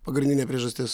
pagrindinė priežastis